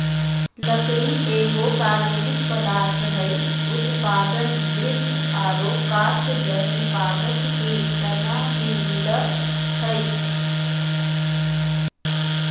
लकड़ी एगो कार्बनिक पदार्थ हई, उत्पादन वृक्ष आरो कास्टजन्य पादप के तना में मिलअ हई